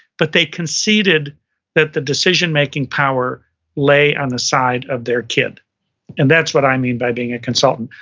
but they conceded that the decision making power lay on the side of their kid and that's what i mean by being a consultant.